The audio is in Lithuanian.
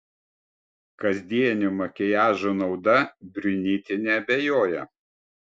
kasdienio makiažo nauda briunytė neabejoja